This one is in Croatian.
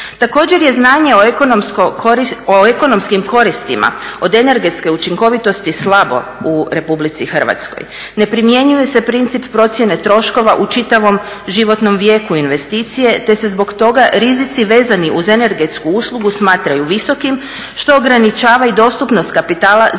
Također je znanje o ekonomskim koristima od energetske učinkovitosti slabo u Republici Hrvatskoj. Ne primjenjuje se princip procjene troškova u čitavom životnom vijeku investicije, te se zbog toga rizici vezani uz energetsku uslugu smatraju visokim što ograničava i dostupnost kapitala za